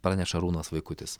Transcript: praneša arūnas vaikutis